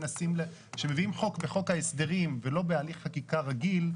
כשמביאים חוק בחוק ההסדרים ולא בהליך חקיקה רגיל,